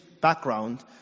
background